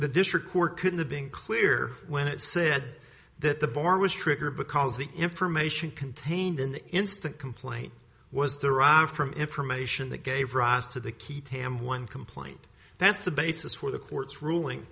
the district court could the being clear when it said that the bar was triggered because the information contained in the instant complaint was derived from information that gave rise to the key pam one complaint that's the basis for the court's ruling